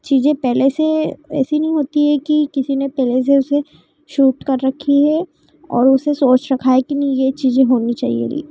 चीजें पहले से ऐसी नहीं होती है कि किसी ने पहले से उसे शूट कर रखी है और उसे सोच रखा है कि नहीं यह चीज होनी चाहिए